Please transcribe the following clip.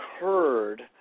occurred